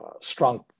strong